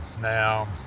Now